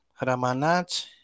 Ramanat